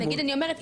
אני אומרת,